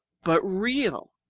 but real.